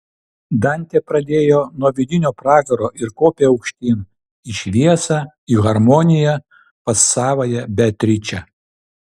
dantė pradėjo nuo vidinio pragaro ir kopė aukštyn į šviesą į harmoniją pas savąją beatričę